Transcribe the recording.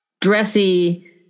dressy